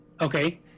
Okay